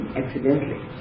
accidentally